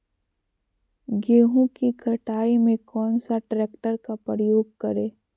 गेंहू की कटाई में कौन सा ट्रैक्टर का प्रयोग करें?